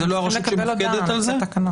זו לא הרשות שמופקדת על זה?